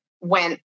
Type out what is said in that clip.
went